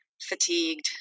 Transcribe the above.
fatigued